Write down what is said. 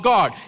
God